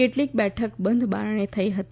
કેટલીક બેઠક બંધ બારણે થઈ હતી